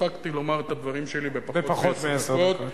הספקתי לומר את הדברים שלי בפחות מעשר דקות.